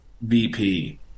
vp